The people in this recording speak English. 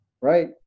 Right